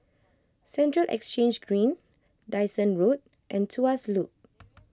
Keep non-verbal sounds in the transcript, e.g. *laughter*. Central Exchange Green Dyson Road and Tuas Loop *noise*